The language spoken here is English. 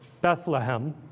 Bethlehem